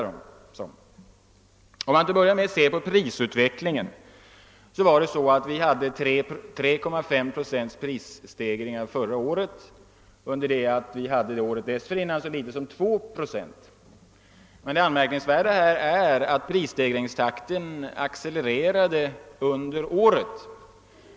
Om man till att börja med ser på prisutvecklingen noterar vi att vi förra året hade en prisstegring på 3,5 procent, under det att vi året dessförinnan hade så liten prisstegring som 2 procent. Det anmärkningsvärda är emellertid att prisstegringstakten accelererade under året.